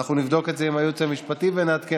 תודה